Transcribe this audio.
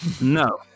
No